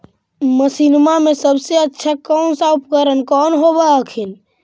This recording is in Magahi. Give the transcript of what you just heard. मसिनमा मे सबसे अच्छा कौन सा उपकरण कौन होब हखिन?